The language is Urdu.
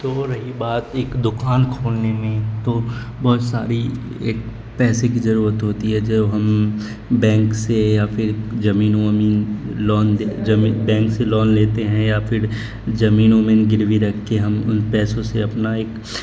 تو رہی بات ایک دوکان کھولنے میں تو بہت ساری ایک پیسے کی ضرورت ہوتی ہے جب ہم بینک سے یا پھر زمین ومین لون دے زمین بینک سے لون لیتے ہیں یا پھر زمین اومین گروی رکھ کے ہم ان پیسوں سے اپنا ایک